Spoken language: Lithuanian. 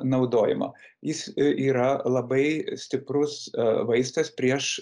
naudojimo jis yra labai stiprus vaistas prieš